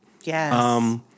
Yes